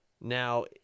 Now